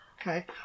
Okay